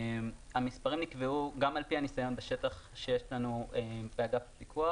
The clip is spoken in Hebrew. המספרים נקבעו גם על-פי הניסיון בשטח שיש לנו באגף הפיקוח